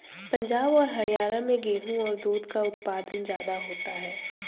पंजाब और हरयाणा में गेहू और दूध का उत्पादन ज्यादा होता है